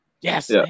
Yes